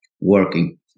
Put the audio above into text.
working